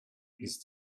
ist